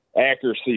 accuracy